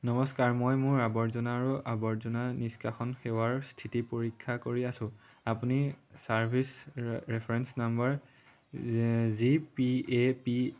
নমস্কাৰ মই মোৰ আৱৰ্জনা আৰু আৱৰ্জনা নিষ্কাশন সেৱাৰ স্থিতি পৰীক্ষা কৰি আছোঁ আপুনি service reference number G P A P